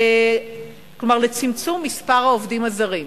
כלומר לצמצום מספר העובדים הזרים.